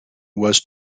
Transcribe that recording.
was